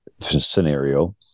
scenario